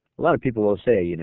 a lot of people will say you know